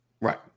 Right